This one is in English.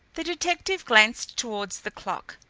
the detective glanced towards the clock.